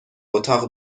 اتاق